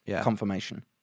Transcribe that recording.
confirmation